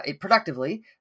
productively